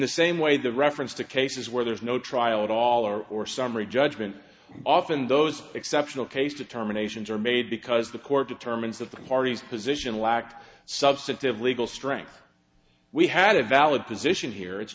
the same way the reference to cases where there is no trial at all or or summary judgment often those exceptional case determinations are made because the court determines that the party's position lacked substantive legal strength we had a valid position here it's